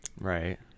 Right